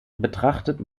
betrachtet